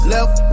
Left